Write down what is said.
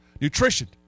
Nutrition